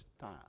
time